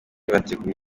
bateguye